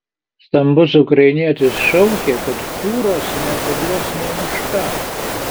stambus ukrainietis šaukė kad fūros neatiduos nė už ką